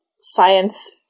science